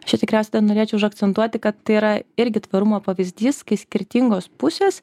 čia tikriausiai dar norėčiau užakcentuoti kad tai yra irgi tvarumo pavyzdys kai skirtingos pusės